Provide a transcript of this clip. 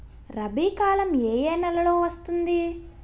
రబీ కాలం ఏ ఏ నెలలో వస్తుంది?